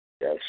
Yes